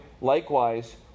likewise